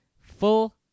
full